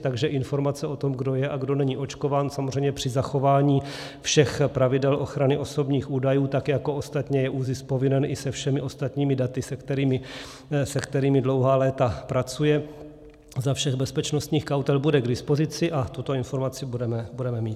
Takže informace o tom, kdo je a kdo není očkován, samozřejmě při zachování všech pravidel ochrany osobních údajů, tak jako ostatně je ÚZIS povinen i se všemi ostatními daty, se kterými dlouhá léta pracuje za všech bezpečnostních kautel, bude k dispozici a tuto informaci budeme mít.